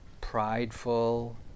prideful